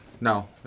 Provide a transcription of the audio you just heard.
No